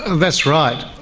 ah that's right.